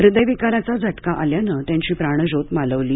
हृदयविकाराचा झटका आल्याने त्यांची प्राणज्योत मालवली